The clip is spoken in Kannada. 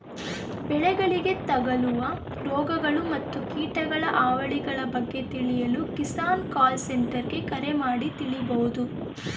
ಬೆಳೆಗಳಿಗೆ ತಗಲುವ ರೋಗಗಳು ಮತ್ತು ಕೀಟಗಳ ಹಾವಳಿಗಳ ಬಗ್ಗೆ ತಿಳಿಯಲು ಕಿಸಾನ್ ಕಾಲ್ ಸೆಂಟರ್ಗೆ ಕರೆ ಮಾಡಿ ತಿಳಿಬೋದು